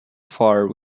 far